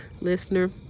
listener